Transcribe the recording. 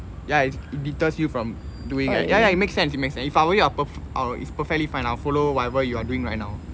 ya it it deters you from doing it ya ya it makes sense it makes sense if I were you I per~ it's perfectly fine ah I'll follow whatever you are doing right now